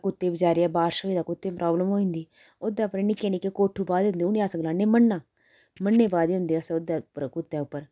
ते कुत्ते बचारे बारिश होऐ ते कुत्ते प्राब्लम होई जंदी ओह्दे उप्पर निक्के निक्के कोठू पाए दे होंदे उनेंगी अस गलांदे अस मन्ना मन्ने पाए दे हुंदे अस ते उप्पर कुत्तें उप्पर